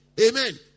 Amen